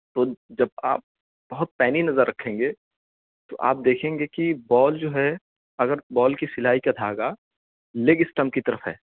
تو جب آپ بہت پینی نظر رکھیں گے تو آپ دیکھیں گے کہ بال جو ہے اگر بال کی سلائی کا دھاگا لیگ اسٹمپ کی طرف ہے